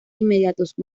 inmediatos